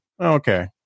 okay